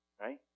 right